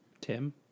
Tim